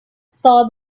saw